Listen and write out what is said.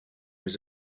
was